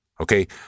okay